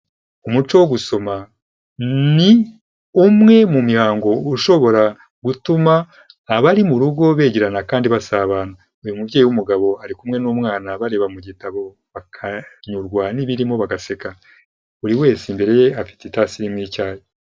Umuco wo gusoma ni umwe mu mihango ushobora gutuma abari mu rugo begerana kandi basabana, uyu mubyeyi w'umugabo ari kumwe n'umwana bareba mu gitabo bakanyurwa n'ibirimo bagaseka, buri wese imbere ye afite itasi irimo icyayi.